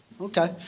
Okay